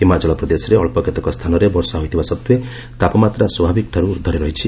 ହିମାଚଳ ପ୍ରଦେଶରେ ଅଞ୍ଚ କେତେକ ସ୍ଥାନରେ ବର୍ଷା ହୋଇଥିବା ସତ୍ତ୍ୱେ ତାପମାତ୍ରା ସ୍ୱାଭାବିକଠାରୁ ଉର୍ଦ୍ଧ୍ୱରେ ରହିଛି